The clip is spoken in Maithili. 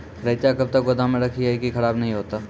रईचा कब तक गोदाम मे रखी है की खराब नहीं होता?